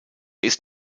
ist